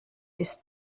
ist